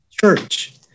church